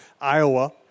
Iowa